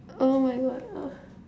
oh my God uh